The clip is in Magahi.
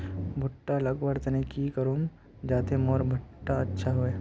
भुट्टा लगवार तने की करूम जाते मोर भुट्टा अच्छा हाई?